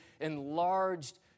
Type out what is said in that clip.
enlarged